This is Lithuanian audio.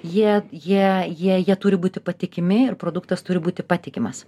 jie jie jie jie turi būti patikimi ir produktas turi būti patikimas